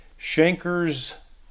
Shanker's